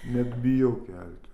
net bijau kelti